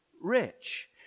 rich